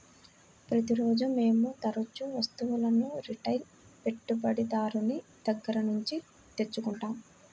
ప్రతిరోజూ మేము తరుచూ వస్తువులను రిటైల్ పెట్టుబడిదారుని దగ్గర నుండి తెచ్చుకుంటాం